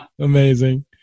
Amazing